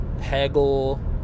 Peggle